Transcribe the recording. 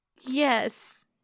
yes